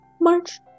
March